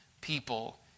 people